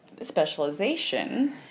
specialization